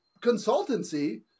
consultancy